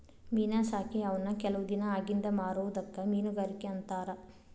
ಮೇನಾ ಸಾಕಿ ಅವನ್ನ ಕೆಲವ ದಿನಾ ಅಗಿಂದ ಮಾರುದಕ್ಕ ಮೇನುಗಾರಿಕೆ ಅಂತಾರ